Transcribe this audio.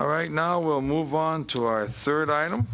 all right now we'll move on to our third item